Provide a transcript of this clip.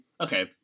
Okay